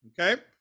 okay